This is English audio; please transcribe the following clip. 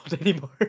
anymore